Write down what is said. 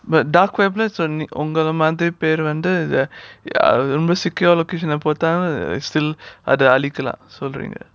but dark web உங்கள மாதிரி பெரு வந்து ரொம்ப:ungala maathiri peru vanthu romba secure location lah போட்டாலும்:pottaalum still அத அழிக்கலாம் சொல்றீங்க:atha alikalaam solringa